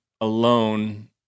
alone